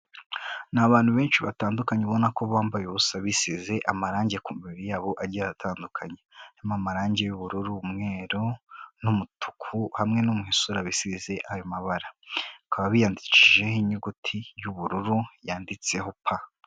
Ni abantu benshi batandukanye ubona ko bambaye ubusa, bisize amarangi ku mibiri yabo agiye atandukanye, harimo amarangi y'ubururu, umweru n'umutuku hamwe no mu isura bisize ayo mabara, bakaba biyandikishijeho inyuguti y'ubururu yanditseho pa.